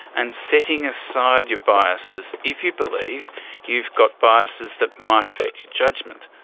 and setting aside your biases if you believe you've got biases that might affect your judgement.